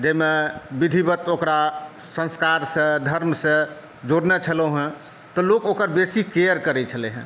जाहिमे विधिवत ओकरा संस्कारसॅं धर्मसॅं जोड़ने छलहुँ हँ तऽ लोक ओकर बेसी केयर करै छलै हँ